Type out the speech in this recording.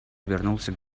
обернулся